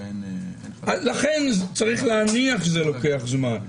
לכן צריך להניח שזה לוקח זמן.